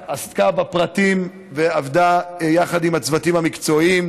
עסקה בפרטים ועבדה יחד עם הצוותים המקצועיים,